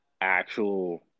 actual